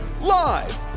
Live